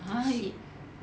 !huh!